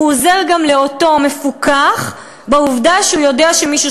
הוא עוזר גם לאותו מפוקח בעובדה שהוא יודע שמישהו